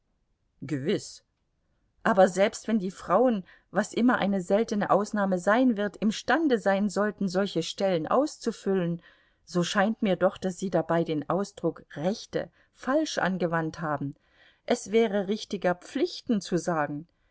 gewiß aber selbst wenn die frauen was immer eine seltene ausnahme sein wird imstande sein sollten solche stellen auszufüllen so scheint mir doch daß sie dabei den ausdruck rechte falsch angewandt haben es wäre richtiger pflichten zu sagen